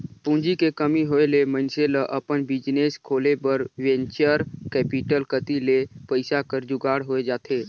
पूंजी के कमी होय ले मइनसे ल अपन बिजनेस खोले बर वेंचर कैपिटल कती ले पइसा कर जुगाड़ होए जाथे